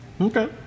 Okay